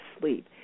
sleep